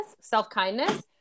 self-kindness